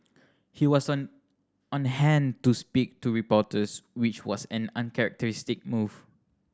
he was on on hand to speak to reporters which was an uncharacteristic move